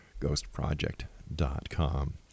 ghostproject.com